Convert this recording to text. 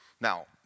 Now